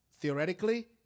theoretically